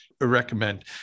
recommend